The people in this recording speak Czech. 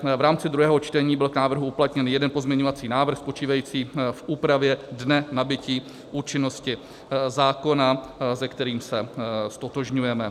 V rámci druhého čtení byl k návrhu uplatněn jeden pozměňovací návrh spočívající v úpravě dne nabytí účinnosti zákona, se kterým se ztotožňujeme.